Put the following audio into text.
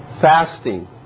Fasting